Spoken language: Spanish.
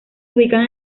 ubican